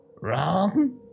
Wrong